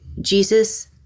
Jesus